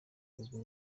urwo